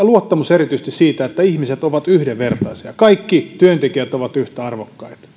luottamus erityisesti siihen että ihmiset ovat yhdenvertaisia kaikki työntekijät ovat yhtä arvokkaita